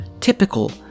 typical